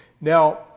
Now